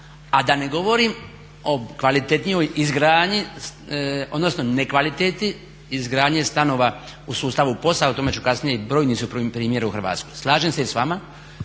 odnosno nekvaliteti izgradnje stanova u sustavu POS-a. O tome ću kasnije i brojni su primjeri u Hrvatskoj. I slažem se i s vama